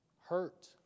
hurt